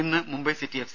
ഇന്ന് Mumbai city F